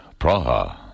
Praha